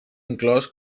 inclòs